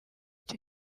icyo